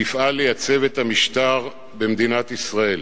תפעל לייצב את המשטר במדינת ישראל,